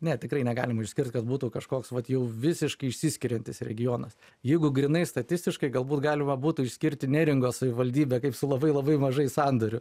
ne tikrai negalima išskirti kas būtų kažkoks vat jau visiškai išsiskiriantis regionas jeigu grynai statistiškai galbūt galima būtų išskirti neringos savivaldybę kaip su labai labai mažai sandorių